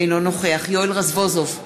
אינו נוכח יואל רזבוזוב,